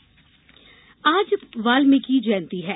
वाल्मीकि जयंती आज वाल्मीकि जयंती है